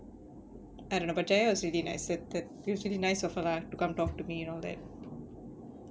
I don't know but jaya was really nice that that usually nice of her lah to come talk to me you know that